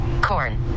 corn